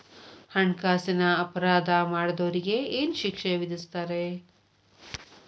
ಹಣ್ಕಾಸಿನ್ ಅಪರಾಧಾ ಮಾಡ್ದೊರಿಗೆ ಏನ್ ಶಿಕ್ಷೆ ವಿಧಸ್ತಾರ?